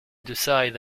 تساعد